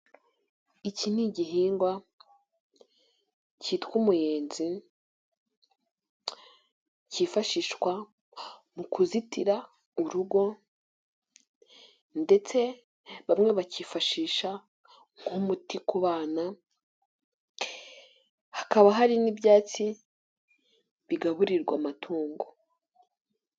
Iki ni igihingwa cyitwa umuyenzi cyifashishwa mu kuzitira urugo ndetse bamwe bakifashisha nk'umuti kubana, hakaba hari n'ibyatsi bigaburirwa amatungo.